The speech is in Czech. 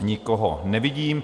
Nikoho nevidím.